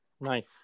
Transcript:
Nice